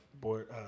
board